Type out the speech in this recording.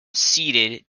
ceded